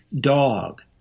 dog